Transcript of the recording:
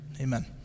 Amen